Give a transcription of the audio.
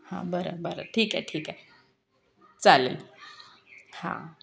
हां बरं बरं ठीक आहे ठीक आहे चालेल हां